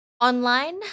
online